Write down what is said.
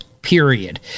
period